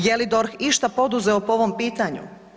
Je li DORH išta poduzeo po ovom pitanju?